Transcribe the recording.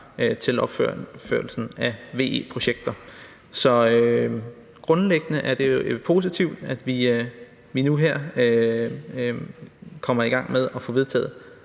til opførelsen af VE-projekter. Så grundlæggende er det positivt, at vi nu her kommer i gang med at få vedtaget